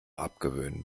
abgewöhnen